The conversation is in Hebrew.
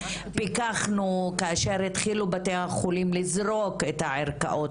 פיקחנו כאשר התחילו בתי החולים לזרוק את הערכאות